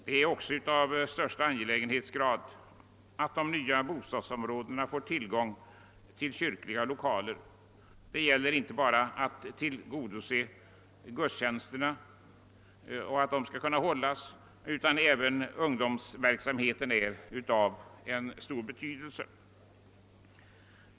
Det är också av högsta angelägenhetsgrad att de nya bostadsområdena får tillgång till kyrkliga lokaler. Det gäller inte bara att möjliggöra att gudstjänster kan hållas, utan även ungdomsverksamheten kommer in i sammanhanget.